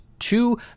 Two